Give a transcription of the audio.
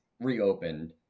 reopened